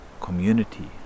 community